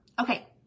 Okay